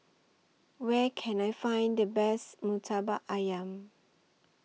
Where Can I Find The Best Murtabak Ayam